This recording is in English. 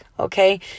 Okay